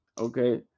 Okay